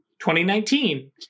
2019